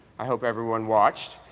i hope everyone watched.